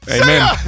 Amen